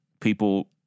people